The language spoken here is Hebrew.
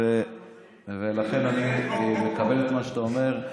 אני מקבל את מה שאתה אומר.